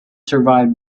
survived